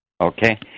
Okay